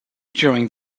during